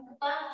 Bye